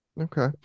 Okay